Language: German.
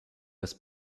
das